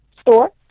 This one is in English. store